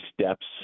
steps